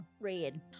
red